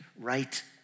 right